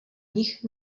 nich